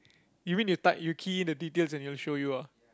you mean you type you key in the details then will show you ah